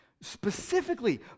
Specifically